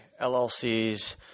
LLCs